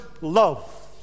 love